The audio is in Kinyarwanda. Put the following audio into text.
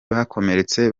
bakomeretse